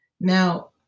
Now